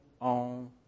on